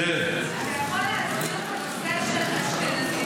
אתה יכול להסביר את הנושא של אשכנזים